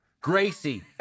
Gracie